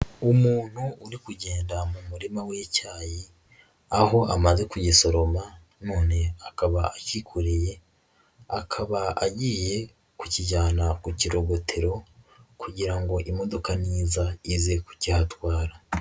Umuntu uri kugenda mu murima w'icyayi, aho amaze kugisoroma none akaba akikoreye, akaba agiye kukijyana ku kirogotero kugira ngo imodoka niza ize ku kihatwara.